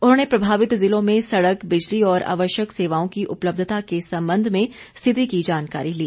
उन्होंने प्रभावित जिलों में सड़क बिजली और आवश्यक सेवाओं की उपलब्धता के संबंध में स्थिति की जानकारी ली